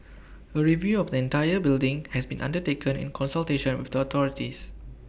A review of the entire building has been undertaken in consultation with the authorities